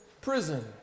prison